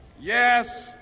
yes